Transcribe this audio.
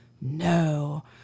No